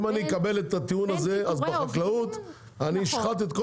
אני אקבל את הטיעון הזה אז אני אשחט את כל